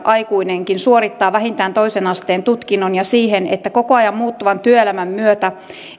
aikuinenkin suorittaa vähintään toisen asteen tutkinnon ja siihen että koko ajan muuttuvan työelämän myötä